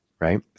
right